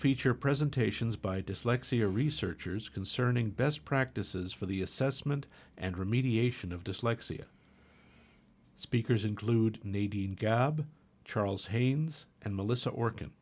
feature presentations by dyslexia researchers concerning best practices for the assessment and remediation of dyslexia speakers include needing gab charles haynes and melissa or